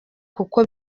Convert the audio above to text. kuko